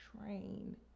train